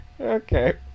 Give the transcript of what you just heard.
Okay